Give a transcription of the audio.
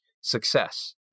success